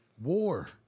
War